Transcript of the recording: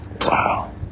Wow